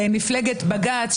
מפלגת בג"ץ,